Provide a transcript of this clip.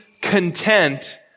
content